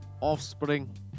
offspring